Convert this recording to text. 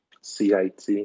CIT